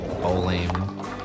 bowling